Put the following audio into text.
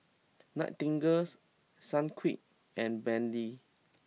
Nightingale Sunquick and Bentley